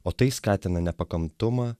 o tai skatina nepakantumą